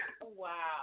Wow